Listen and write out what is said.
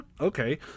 okay